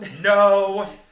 No